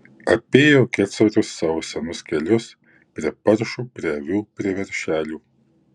apėjo kecorius savo senus kelius prie paršų prie avių prie veršelių